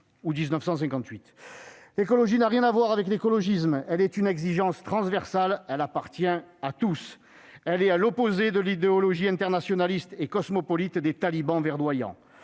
L'écologie n'a rien à voir avec l'écologisme : elle est une exigence transversale, elle appartient à tous. Elle est à l'opposé de l'idéologie internationaliste et cosmopolite des talibans verdoyants.